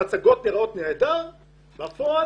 מצגות נהדרות אך זה לא מה